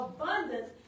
abundance